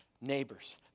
neighbors